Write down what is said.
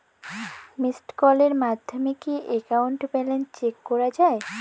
Missed কলের মাধ্যমে কি একাউন্ট ব্যালেন্স চেক করা যায়?